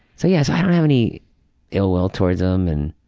so yeah so i don't have any ill will toward him. and